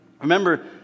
Remember